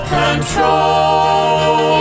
control